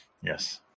Yes